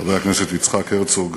חבר הכנסת יצחק הרצוג,